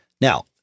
Now